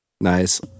Nice